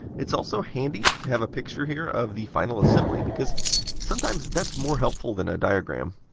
it's also handy to have a picture here of the final assembly because sometimes that's more helpful than a diagram.